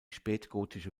spätgotische